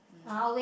mm